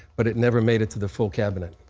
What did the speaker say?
but it never made it to the full cabinet.